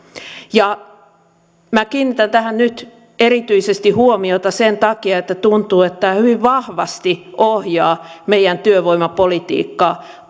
ja minä kiinnitän tähän nyt erityisesti huomiota sen takia että tuntuu että tämä hyvin vahvasti ohjaa meidän työvoimapolitiikkaa